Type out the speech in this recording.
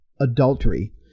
adultery